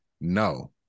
no